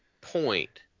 point